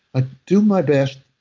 i do my best,